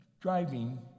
driving